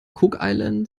cookinseln